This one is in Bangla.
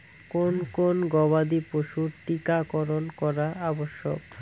কোন কোন গবাদি পশুর টীকা করন করা আবশ্যক?